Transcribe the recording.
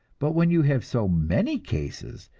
but when you have so many cases,